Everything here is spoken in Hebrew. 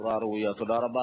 בצורה מסודרת.